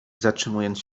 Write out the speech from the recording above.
zatrzymując